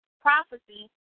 prophecy